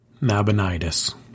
Nabonidus